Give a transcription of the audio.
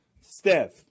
Steph